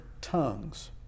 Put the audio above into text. tongues